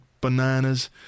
Bananas